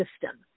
system